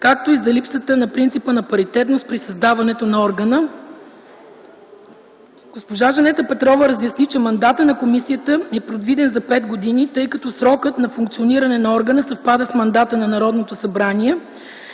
както и за липсата на принцип на паритетност при създаването на органа. Госпожа Жанета Петрова разясни, че мандатът на комисията е предвиден за пет години, тъй като срокът на функциониране на органа съвпада с мандата на Народното събрание.